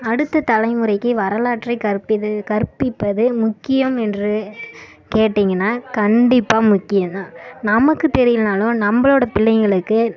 அடுத்த தலைமுறைக்கு வரலாற்றை கற்பிது கற்பிப்பது முக்கியம் என்று கேட்டீங்கன்னா கண்டிப்பாக முக்கியம் தான் நமக்கு தெரியிலைனாலும் நம்பளோடய பிள்ளைகளுக்கு